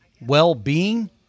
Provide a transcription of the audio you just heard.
well-being